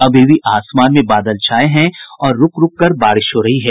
अभी भी आसमान में बादल छाये हैं और रूक रूक का बारिश हो रही है